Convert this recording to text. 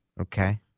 Okay